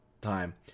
time